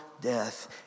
death